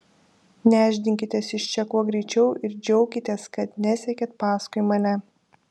nešdinkitės iš čia kuo greičiau ir džiaukitės kad nesekėt paskui mane